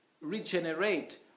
regenerate